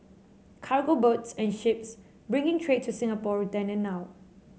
cargo boats and ships bringing trade to Singapore then and now